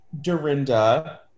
Dorinda